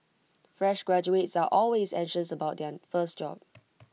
fresh graduates are always anxious about their first job